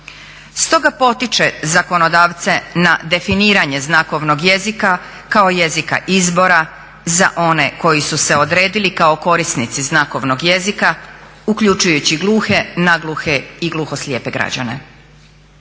Stoga potiče zakonodavce na definiranje znakovnog jezika kao jezika izbora za one koji su se odredili kao korisnici znakovnog jezika, uključujući gluhe, nagluhe i gluhoslijepe građane.